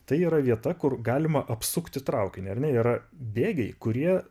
tai yra vieta kur galima apsukti traukinį ar ne yra bėgiai kurie